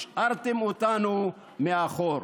השארתם אותנו מאחור.